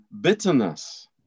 Bitterness